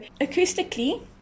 acoustically